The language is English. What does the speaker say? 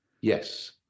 Yes